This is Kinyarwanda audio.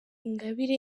ingabire